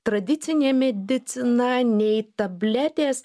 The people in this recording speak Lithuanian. tradicinė medicina nei tabletės